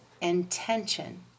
intention